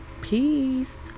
peace